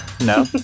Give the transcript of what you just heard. No